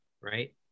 right